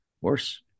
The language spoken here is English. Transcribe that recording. Worse